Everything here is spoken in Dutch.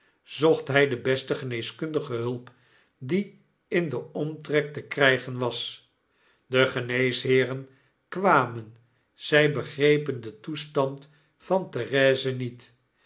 zocht hij de beste geneeskundige hulp dieindenomtrek te krygen was de geneesheeren kwamen zy begrepen den toestand van therese niet